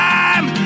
time